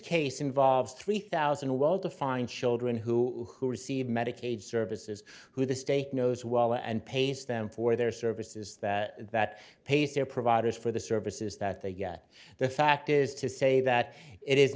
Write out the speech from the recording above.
case involves three thousand well defined children who who receive medicaid services who the steak knows well and pays them for their services that that pays their providers for the services that they get the fact is to say that it is